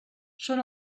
són